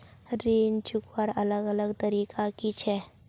ऋण चुकवार अलग अलग तरीका कि छे?